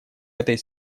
этой